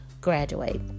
graduate